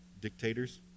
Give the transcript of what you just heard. dictators